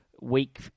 week